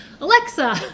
Alexa